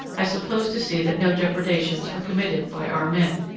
i suppose to see that no depredations were committed by our men.